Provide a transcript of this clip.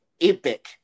epic